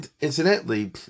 incidentally